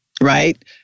right